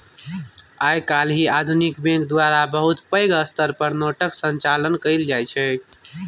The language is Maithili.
आइ काल्हि आधुनिक बैंक द्वारा बहुत पैघ स्तर पर नोटक संचालन कएल जाइत छै